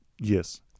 yes